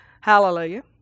Hallelujah